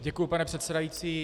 Děkuji, pane předsedající.